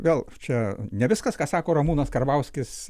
gal čia ne viskas ką sako ramūnas karbauskis